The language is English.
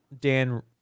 Dan